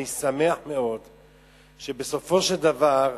אני שמח שבסופו של דבר,